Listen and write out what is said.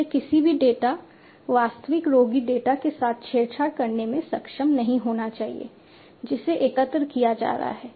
इसलिए किसी को भी डेटा वास्तविक रोगी डेटा के साथ छेड़छाड़ करने में सक्षम नहीं होना चाहिए जिसे एकत्र किया जा रहा है